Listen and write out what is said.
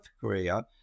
Korea